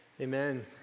Amen